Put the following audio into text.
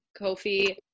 Kofi